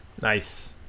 Nice